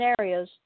scenarios